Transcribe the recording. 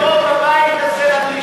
אין רוב בבית הזה לדרישה.